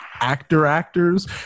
actor-actors